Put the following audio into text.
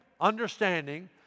understanding